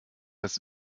das